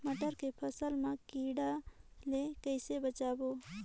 मटर के फसल मा कीड़ा ले कइसे बचाबो?